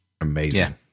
amazing